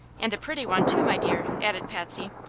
and a pretty one, too, my dear, added patsy.